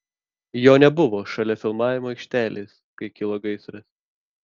jo nebuvo šalia filmavimo aikštelės kai kilo gaisras